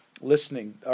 listening